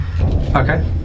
Okay